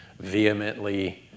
vehemently